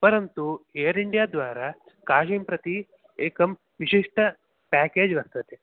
परन्तु Air India द्वारा काशीं प्रति एकं विशिष्टं पेकेज् वर्तते